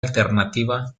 alternativa